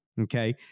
Okay